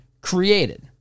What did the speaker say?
created